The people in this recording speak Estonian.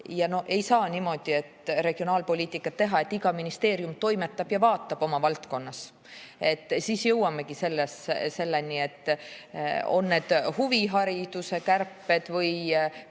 Ei saa niimoodi regionaalpoliitikat teha, et iga ministeerium toimetab ja vaatab oma valdkonnas. Siis jõuamegi selleni, et on need huvihariduse kärped või